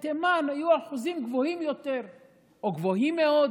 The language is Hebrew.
תימן היו אחוזים גבוהים יותר או גבוהים מאוד.